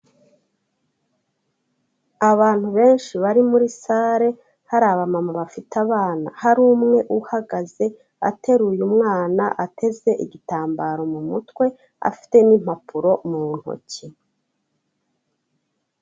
Abantu benshi bari muri sare hari aba mama bafite abana, hari umwe uhagaze ateruye umwana, ateze igitambaro mu mutwe afite n'impapuro mu ntoki.